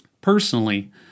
Personally